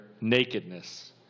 nakedness